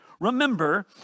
Remember